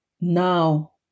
now